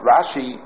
Rashi